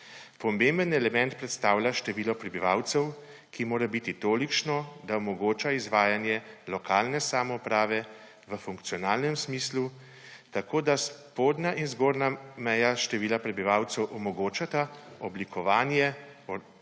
Pomemben element predstavlja število prebivalcev, ki mora biti tolikšno, da omogoča izvajanje lokalne samouprave v funkcionalnem smislu, tako da spodnja in zgornja meja števila prebivalcev omogočata oblikovanje